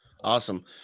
Awesome